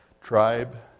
tribe